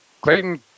Clayton